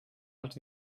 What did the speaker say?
els